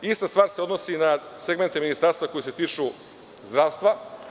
Ista stvar se odnosi na segment ministarstva koji se tiču zdravstva.